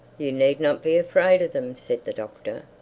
you need not be afraid of them, said the doctor,